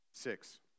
Six